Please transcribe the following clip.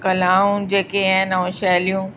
कलाऊं जेके आहिनि ऐं शैलियूं